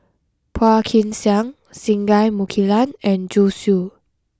Phua Kin Siang Singai Mukilan and Zhu Xu